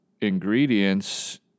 ingredients